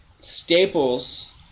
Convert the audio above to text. staples